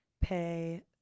pay